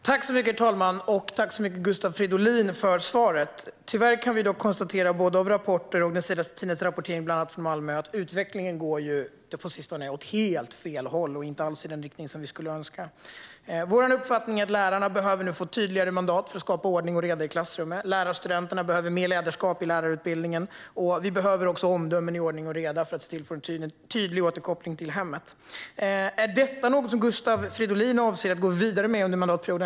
Herr talman! Tack för svaret, Gustav Fridolin! Tyvärr kan vi utifrån rapporter och den senaste tidens rapportering från bland annat Malmö se att utvecklingen på sistone går åt helt fel håll och inte alls i den riktning som vi skulle önska. Vår uppfattning är att lärarna behöver tydligare mandat för att skapa ordning och reda i klassrummen. Lärarstudenterna behöver få mer utbildning i ledarskap. Vi behöver också få omdömen i ordning och reda för att få en tydlig återkoppling till hemmet. Är det något som Gustav Fridolin avser att gå vidare med under mandatperioden?